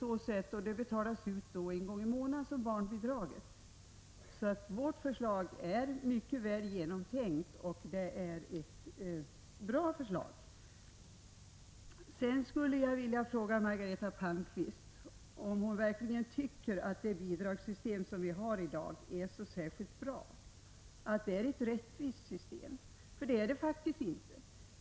Detta betalas ut en gång i månaden, som barnbidraget. Vårt förslag är mycket väl genomtänkt och det är ett bra förslag. Sedan skulle jag vilja fråga Margareta Palmqvist om hon verkligen tycker att det bidragssystem som vi har i dag är så särskilt bra, att det är ett rättvist system. För det är det faktiskt inte.